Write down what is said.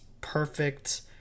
perfect